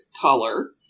color